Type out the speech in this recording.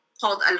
called